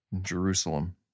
Jerusalem